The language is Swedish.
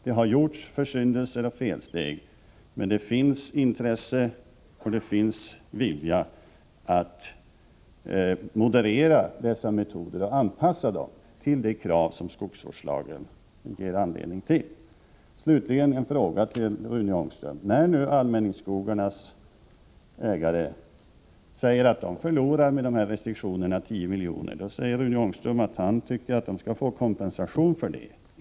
Det har gjorts försyndelser och felsteg, men det finns intresse och vilja att moderera metoderna och anpassa dem till de krav som skogsvårdslagen ställer. Slutligen vill jag ställa en fråga till Rune Ångström. När allmänningsskogarnas ägare säger att de förlorar 10 miljoner genom de här restriktionerna, då säger Rune Ångström att han tycker att de skall få kompensation för det.